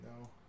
no